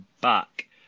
back